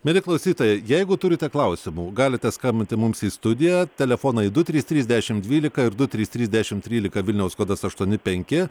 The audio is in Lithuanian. mieli klausytojai jeigu turite klausimų galite skambinti mums į studiją telefonai du trys trys dešim dvylika ir du trys trys dešim trylika vilniaus kodas aštuoni penki